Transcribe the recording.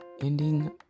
ending